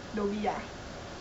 dhoby ah